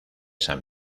san